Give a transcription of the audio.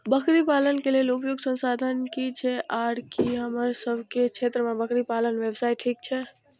बकरी पालन के लेल उपयुक्त संसाधन की छै आर की हमर सब के क्षेत्र में बकरी पालन व्यवसाय ठीक छै?